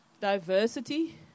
diversity